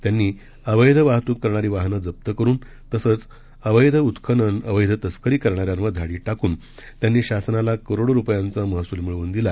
त्यांनी अवैध वाहतूक करणारी वाहनं जप्त करून तसंच अवैध उत्खनन अवैध तस्करी करणाऱ्यांवर धाडी टाकून त्यांनी शासनाला करोडो रुपयांचा महसूल मिळवून दिला